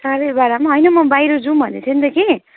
साढे बाह्रमा हैन म बाहिर जाऔँ भन्दैथिएँ नि त कि